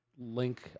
link